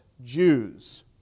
Jews